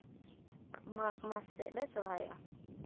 ᱢᱟᱜᱽ ᱢᱟᱥ ᱥᱮᱫ ᱞᱮ ᱥᱮᱨᱦᱟᱭᱚᱜᱼᱟ